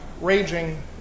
raging